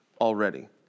already